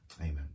Amen